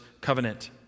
covenant